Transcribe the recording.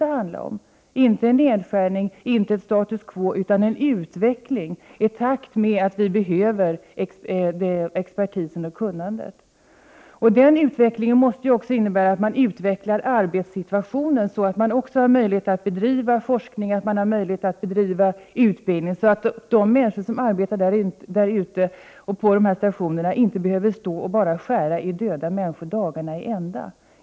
Det handlar inte om en nedskärning, inte om ett status quo, utan verksamheten måste utvecklas i takt med att vi behöver expertisen och kunnandet. Denna utveckling måste också innebära att arbetssituationen utvecklas så att det ges möjlighet att bedriva forskning och utbildning för att de personer som arbetar på rättsläkarstationerna inte bara skall behöva stå och skära i döda människor hela dagarna.